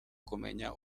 kumenya